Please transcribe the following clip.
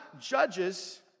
judges